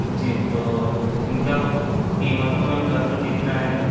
جی تو ان کا قیمتوں میں فرق کتنا آئے گا